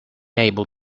able